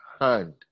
hand